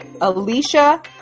Alicia